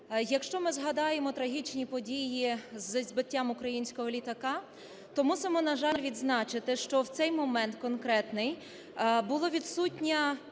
Якщо ми згадаємо трагічні події зі збиттям українського літака, то мусимо, на жаль, відзначити, що в цей момент конкретний було відсутнє